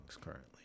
currently